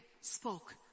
spoke